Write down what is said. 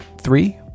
Three